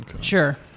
Sure